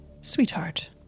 Sweetheart